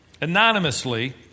anonymously